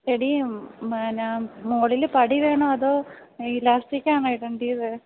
എടീ പിന്നെ മോളിൽ പടി വേണോ അതോ ഇലാസ്റ്റിക്ക് ആണോ ഇടേണ്ടിയത്